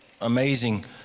amazing